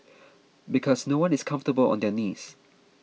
because no one is comfortable on their knees